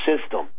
system